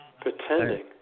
pretending